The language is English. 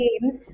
games